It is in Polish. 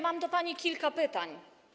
Mam do pani kilka pytań.